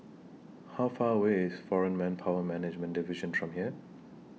How Far away IS Foreign Manpower Management Division from here